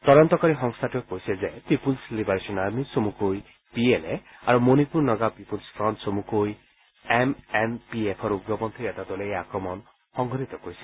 তদন্তকাৰী সংস্থাটোৱে কৈছে যে পিপুল্ছ লিবাৰেচন আৰ্মী চমুকৈ পি এল এ আৰু মণিপুৰ নাগা পিপুল্ছ ফ্ৰণ্ট চমুকৈ এম এম পি এফৰ উগ্ৰপন্থীৰ এটা দলে এই আক্ৰমণ সংঘটিত কৰিছিল